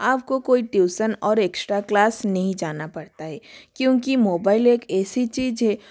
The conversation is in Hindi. आपको कोई ट्यूसन और एक्स्ट्रा क्लास नहीं जाना पड़ता है क्योंकि मोबैल एक ऐसी चीज है